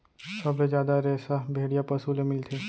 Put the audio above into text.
सबले जादा रेसा भेड़िया पसु ले मिलथे